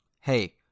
Hey